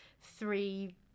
three